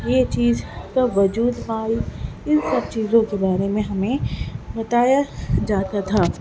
یہ چیز کب وجود میں آئی ان سب چیزوں کے بارے میں ہمیں بتایا جاتا تھا